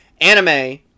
Anime